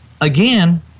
again